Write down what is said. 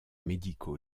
médico